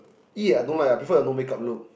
!ee! I don't like I prefer her no makeup look